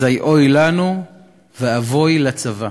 אזי אוי לנו ואבוי לצבא.